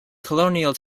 colonial